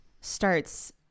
starts